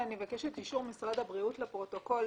ואני מבקשת אישור משרד הבריאות לפרוטוקול,